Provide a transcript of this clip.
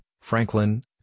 Franklin